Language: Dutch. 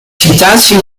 citatie